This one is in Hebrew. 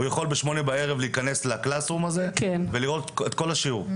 הוא יכול בשמונה בערב להיכנס ל-Classes room הזה ולראות את כל השיעור.